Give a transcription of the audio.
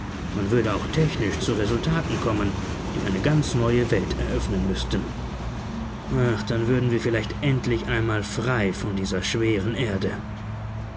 man würde auch technisch zu resultaten kommen die eine ganz neue welt eröffnen müßten ach dann würden wir vielleicht einmal frei von dieser schweren erde